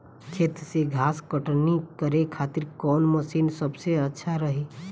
खेत से घास कटनी करे खातिर कौन मशीन सबसे अच्छा रही?